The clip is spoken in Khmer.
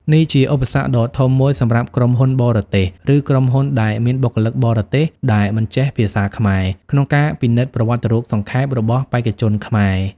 នេះជាឧបសគ្គដ៏ធំមួយសម្រាប់ក្រុមហ៊ុនបរទេស ឬក្រុមហ៊ុនដែលមានបុគ្គលិកបរទេសដែលមិនចេះភាសាខ្មែរ ក្នុងការពិនិត្យប្រវត្តិរូបសង្ខេប របស់បេក្ខជនខ្មែរ។